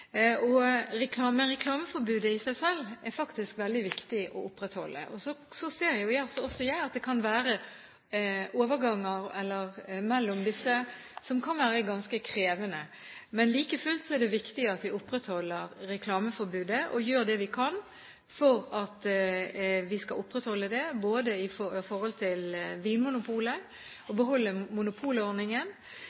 er reklame, og hva som er informasjon, er det ikke alltid veldig enkelt å skille det ene fra det andre. Reklameforbudet i seg selv er faktisk veldig viktig å opprettholde. Og så ser jeg at det kan være overganger mellom disse som kan være ganske krevende. Men like fullt er det viktig at vi opprettholder reklameforbudet og gjør det vi kan for å opprettholde det, både med hensyn til Vinmonopolet